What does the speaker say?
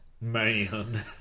Man